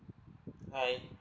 bye